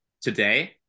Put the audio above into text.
today